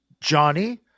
Johnny